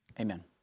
Amen